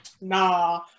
nah